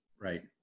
Right